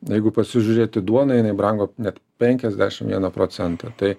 jeigu pasižiūrėti duona jinai brango net penkiasdešim vieną procentą tai